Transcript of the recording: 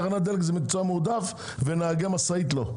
תחנת דלק זה מקצוע מועדף ונהגי משאית לא.